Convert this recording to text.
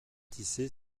tisser